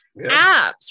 apps